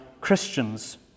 Christians